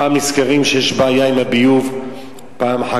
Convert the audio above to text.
פעם נזכרים שיש בעיה עם הביוב,